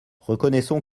reconnaissons